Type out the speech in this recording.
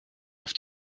auf